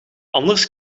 anders